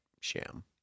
sham